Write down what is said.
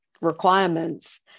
requirements